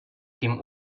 team